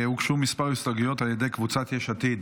הוגשו כמה הסתייגויות על ידי קבוצת יש עתיד.